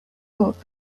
thought